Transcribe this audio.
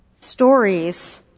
Stories